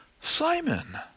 Simon